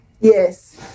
Yes